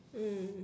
mm